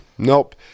Nope